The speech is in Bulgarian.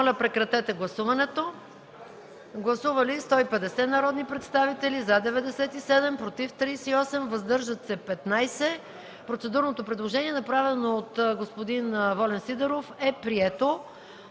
Предложението е прието.